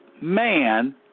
man